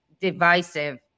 divisive